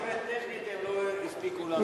אני יודע, מבחינה טכנית הם לא הספיקו לעשות את זה.